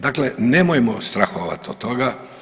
Dakle, nemojmo strahovati od toga.